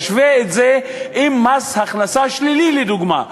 תשווה את זה עם מס הכנסה שלילי, לדוגמה.